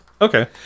Okay